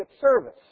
service